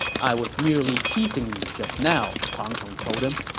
i was merely teasing you just now, pang tong told him